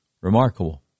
Remarkable